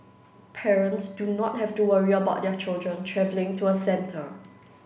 parents do not have to worry about their children travelling to a centre